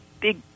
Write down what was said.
big